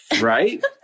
Right